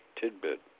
tidbit